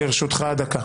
לרשותך דקה.